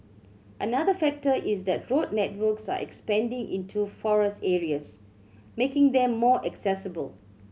another factor is that road networks are expanding into forest areas making them more accessible